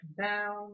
down